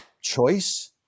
choice